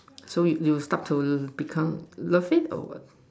so you you stuck to become the or what